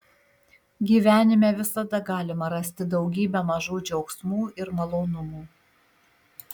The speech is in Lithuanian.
gyvenime visada galima rasti daugybę mažų džiaugsmų ir malonumų